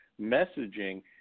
messaging